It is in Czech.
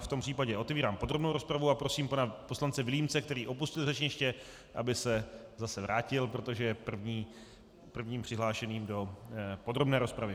V tom případě otevírám podrobnou rozpravu a prosím pana poslance Vilímce, který opustil řečniště, aby se zase vrátil, protože je prvním přihlášeným do podrobné rozpravy.